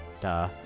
Duh